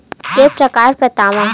के प्रकार बतावव?